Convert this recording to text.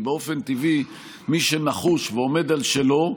כי באופן טבעי, מי שנחוש ועומד על שלו,